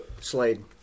Slade